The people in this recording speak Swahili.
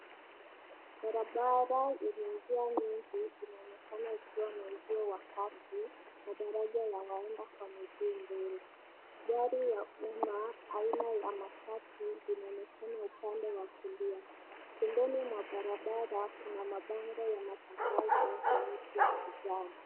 Barabara yenye njia nyingi inaonekana ikiwa na uzio wa kati na daraja la waenda kwa miguu mbele. Gari ya umma aina ya matatu linaonekana upande wa kulia. Pembeni mwa barabara kuna mabango ya matangazo na miti ya kijani.